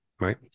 right